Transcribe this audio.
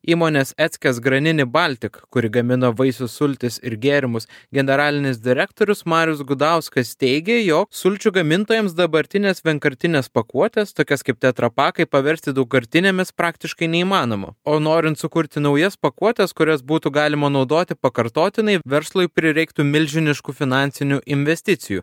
įmonės eckes granini baltik kuri gamino vaisių sultis ir gėrimus generalinis direktorius marius gudauskas teigė jog sulčių gamintojams dabartines vienkartines pakuotes tokias kaip tetrapakai paversti daugkartinėmis praktiškai neįmanoma o norint sukurti naujas pakuotes kurias būtų galima naudoti pakartotinai verslui prireiktų milžiniškų finansinių investicijų